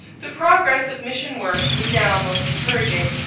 the progress of mission work was now most encouraging.